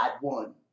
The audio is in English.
one